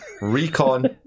recon